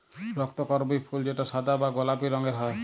রক্তকরবী ফুল যেটা সাদা বা গোলাপি রঙের হ্যয়